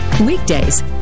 weekdays